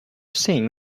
saying